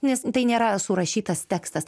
nes tai nėra surašytas tekstas